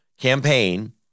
Campaign